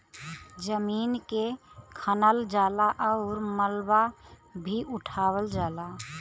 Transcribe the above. जमीन के खनल जाला आउर मलबा भी उठावल जाला